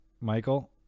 Michael